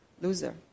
loser